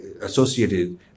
associated